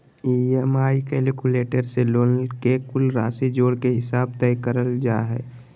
EMI calculator से loan के कुल राशि जोड़ के हिसाब तय करल जा हय